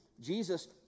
Jesus